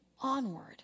onward